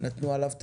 את הדעת?